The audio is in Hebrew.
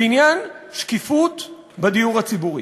בעניין שקיפות בדיור הציבורי.